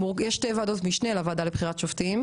ועדות משנה לוועדה לבחירת שופטים,